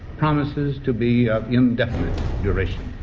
promises to be of indefinite duration.